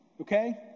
okay